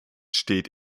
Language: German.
steht